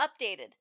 updated